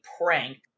prank